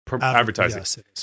advertising